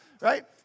Right